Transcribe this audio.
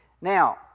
Now